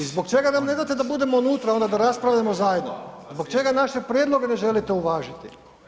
I zbog čega nam ne date da budemo unutra onda da raspravljamo zajedno, zbog čega naše prijedloge ne želite uvažiti?